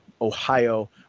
Ohio